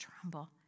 tremble